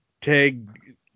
tag